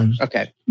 Okay